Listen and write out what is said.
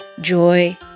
joy